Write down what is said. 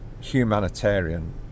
humanitarian